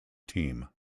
team